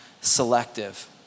selective